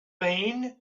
been